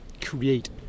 create